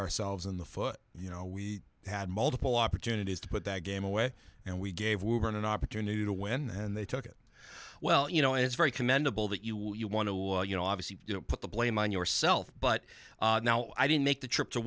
ourselves in the foot you know we had multiple opportunities to put that game away and we gave were an opportunity to win and they took it well you know it's very commendable that you will you want to you know obviously put the blame on yourself but now i didn't make the trip to